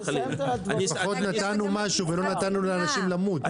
לפחות נתנו משהו, לא נתנו לאנשים למות.